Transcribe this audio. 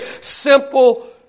simple